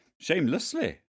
shamelessly